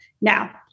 now